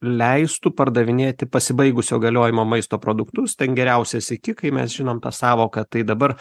leistų pardavinėti pasibaigusio galiojimo maisto produktus ten geriausias iki kai mes žinom tą sąvoką tai dabar